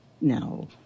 No